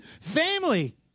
family